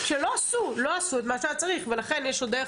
עשו את מה שהיה צריך ולכן יש עוד דרך